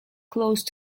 close